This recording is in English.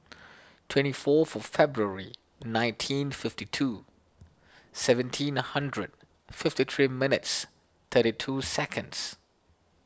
twenty fourth of February nineteen eighty two seventeen hundred fifty three minutes thirty two seconds